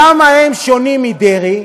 למה הם שונים מדרעי?